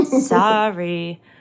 sorry